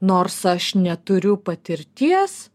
nors aš neturiu patirties